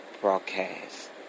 broadcast